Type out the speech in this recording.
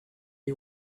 you